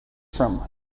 from